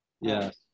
yes